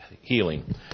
healing